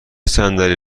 صندلی